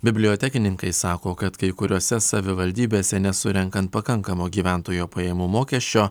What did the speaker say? bibliotekininkai sako kad kai kuriose savivaldybėse nesurenkant pakankamo gyventojo pajamų mokesčio